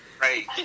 right